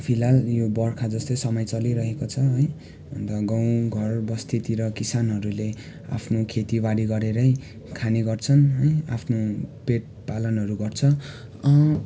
फिलहाल यो बर्खा जस्तै समय चलिरहेको छ है अन्त गाउँघर बस्तीतिर किसानहरूले आफ्नो खेतीबारी गरेरै खाने गर्छन् है आफ्नो पेट पालनहरू गर्छन्